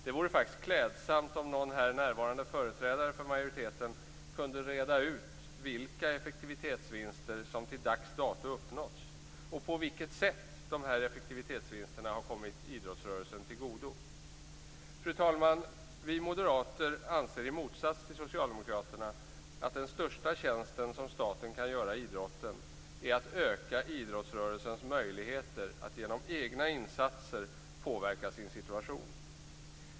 Det vore klädsamt om någon här närvarande företrädare för majoriteten kunde reda ut vilka effektivitetsvinster som till dags dato uppnåtts och på vilket sätt dessa har kommit idrottsrörelsen till godo. Fru talman! Vi moderater anser i motsats till socialdemokraterna att den största tjänst som staten kan göra idrotten är att öka idrottsrörelsens möjligheter att genom egna insatser påverka sin situation.